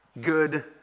good